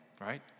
right